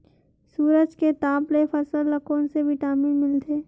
सूरज के ताप ले फसल ल कोन ले विटामिन मिल थे?